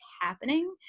happening